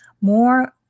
more